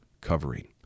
covering